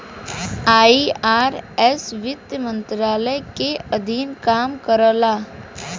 IRS वित्त मंत्रालय के अधीन काम करला